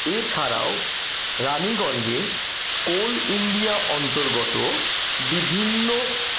এছাড়াও রানিগঞ্জে coal India অন্তর্গত বিভিন্ন